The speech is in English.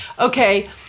Okay